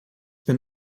been